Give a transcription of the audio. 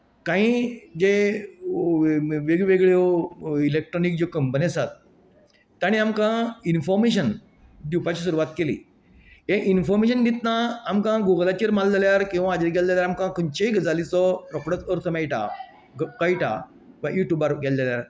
कांय जे वेगवेगळ्यो इलेक्ट्रॉनिक ज्यो कंपनी आसात तांणी आमकां इनफॉर्मेशन दिवपाची सुरवात केली हे इन्फॉर्मेशन दितना आमकां गुगलाचेर मारलेल्यार किंवां हाजेर गेले जाल्यार आमकां खंयचीय गजालीचो रोखडोच अर्थ मेळटा कळटा वा युट्युबार गेलेल्यार